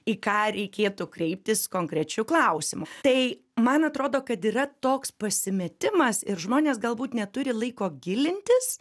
į ką reikėtų kreiptis konkrečiu klausimu tai man atrodo kad yra toks pasimetimas ir žmonės galbūt neturi laiko gilintis